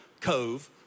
cove